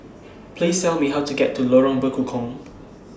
Please Tell Me How to get to Lorong Bekukong